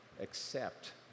accept